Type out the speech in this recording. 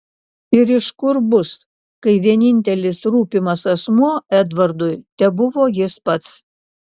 ir iš kur bus kai vienintelis rūpimas asmuo edvardui tebuvo jis pats